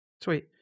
Sweet